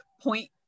point